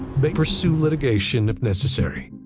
they pursue litigation if necessary.